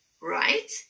right